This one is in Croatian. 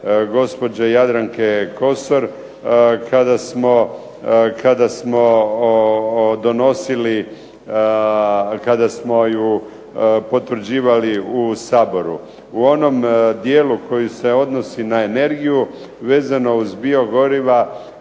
gospođe Jadranke Kosor kada smo donosili, kada smo ju potvrđivali u Saboru. U onom dijelu koji se odnosi na energiju vezano uz biogoriva